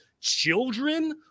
children